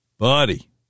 Buddy